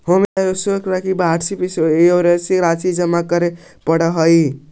home insurance लगी वार्षिक insurance राशि जमा करावे पड़ऽ हइ